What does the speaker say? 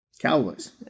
Cowboys